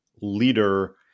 leader